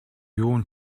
юун